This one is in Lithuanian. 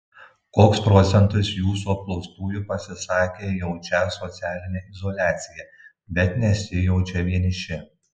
koks procentas jūsų apklaustųjų pasisakė jaučią socialinę izoliaciją bet nesijaučią vieniši